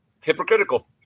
hypocritical